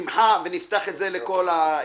שמחה בניטה ונפתח את זה לכל המכובדים.